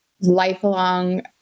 lifelong